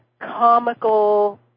comical